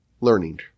learning